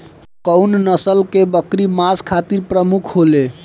कउन नस्ल के बकरी मांस खातिर प्रमुख होले?